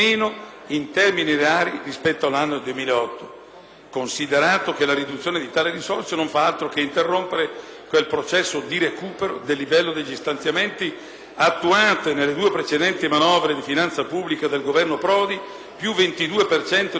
considerato che la riduzione di tali risorse non fa altro che interrompere quel processo di recupero del livello degli stanziamenti attuato nelle due precedenti manovre di finanza pubblica del Governo Prodi (un incremento del 22,2 per cento nel 2007